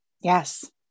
Yes